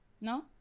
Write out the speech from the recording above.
No